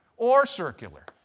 or circular?